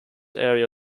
area